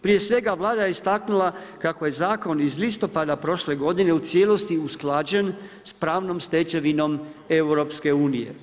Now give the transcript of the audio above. Prije svega Vlada je istaknula kako je zakon iz listopada prošle godine u cijelosti usklađen s pravnom stečevinom EU.